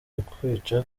ukwica